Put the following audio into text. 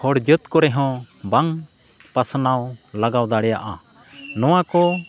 ᱦᱚᱲ ᱡᱟᱹᱛ ᱠᱚᱨᱮ ᱦᱚᱸ ᱵᱟᱝ ᱯᱟᱥᱱᱟᱣ ᱞᱟᱜᱟᱣ ᱫᱟᱲᱮᱭᱟᱜᱼᱟ ᱱᱚᱣᱟ ᱠᱚ